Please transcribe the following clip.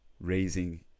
raising